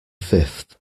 fifth